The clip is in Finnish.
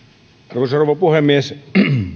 arvoisa rouva puhemies